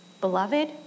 beloved